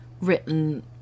written